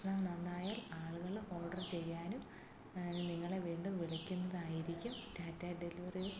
ഭക്ഷണം നന്നായാൽ ആളുകള് ഓർഡര് ചെയ്യാനും നിങ്ങളെ വീണ്ടും വിളിക്കുന്നതായിരിക്കും ഡെലിവറി